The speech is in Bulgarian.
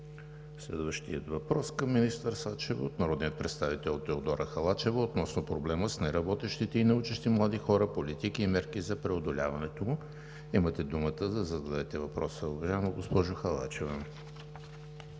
Следващият въпрос към министър Сачева е от народния представител Теодора Халачева относно проблема с неработещите и неучещи млади хора, политики и мерки за преодоляването му. Имате думата да зададете въпроса, уважаема госпожо Халачева.